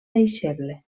deixeble